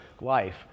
life